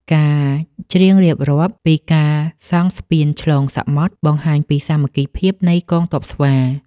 ការច្រៀងរៀបរាប់ពីការសង់ស្ពានឆ្លងសមុទ្រ បង្ហាញពីសាមគ្គីភាពនៃកងទ័ពស្វា។